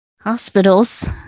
Hospitals